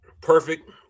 Perfect